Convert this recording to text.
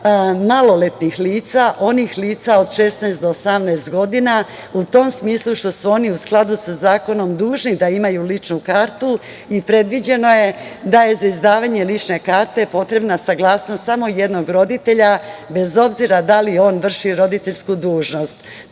maloletnih lica, onih lica od 16 do 18 godina, u tom smislu što su oni u skladu sa zakonom dužni da imaju ličnu kartu i predviđeno je da je za izdavanje lične karte potrebna saglasnost samo jednog roditelja, bez obzira da li on vrši roditeljsku dužnost.